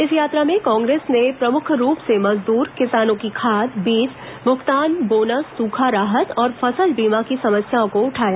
इस यात्रा में कांग्रेस ने प्रमुख रूप से मजदूर किसानों की खाद बीज भुगतान बोनस सूखा राहत और फसल बीमा की समस्याओं को उठाया